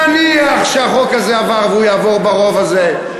נניח שהחוק הזה עבר, והוא יעבור ברוב הזה.